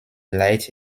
light